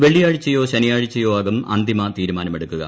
വെള്ളിയാഴ്ചയോ ശനിയാഴ്ചയോ ആകും അന്തിമ തീരുമാനമെടുക്കുക